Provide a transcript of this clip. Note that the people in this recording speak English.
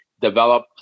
develop